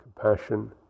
compassion